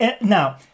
Now